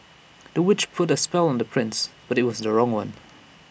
the witch put A spell on the prince but IT was the wrong one